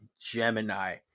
Gemini